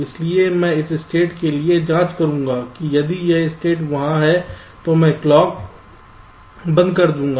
इसलिए मैं इस स्टेट के लिए जाँच करूंगा यदि यह स्टेट वहां है तो मैं क्लॉक बंद कर दूंगा